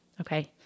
Okay